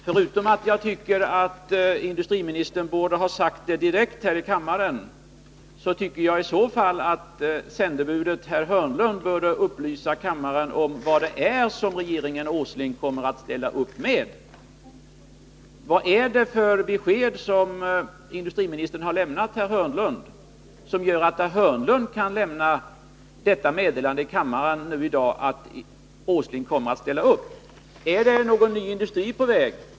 Förutom att jag tycker att industriministern själv borde ha sagt detta direkt här i kammaren tycker jag också att sändebudet, herr Hörnlund, borde upplysa kammaren om vad det är som herr Åsling och regeringen i övrigt kommer att ställa upp med. Vad är det för besked industriministern har gett herr Hörnlund som gör att herr Hörnlund i dag kan lämna detta meddelande i kammaren, att herr Åsling kommer att ställa upp? Är det någon ny industri på väg?